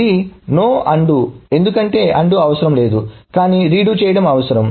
ఇది no undo ఎందుకంటే undo అవసరం లేదు కానీ రీడో చేయడం అవసరం